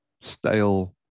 stale